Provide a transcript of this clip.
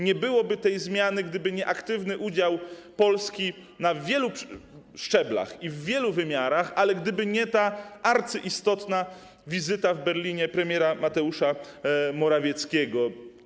Nie byłoby tej zmiany, gdyby nie aktywne działania Polski na wielu szczeblach i w wielu wymiarach, gdyby nie ta arcyistotna wizyta w Berlinie premiera Mateusza Morawieckiego.